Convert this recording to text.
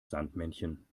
sandmännchen